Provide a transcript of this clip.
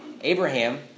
Abraham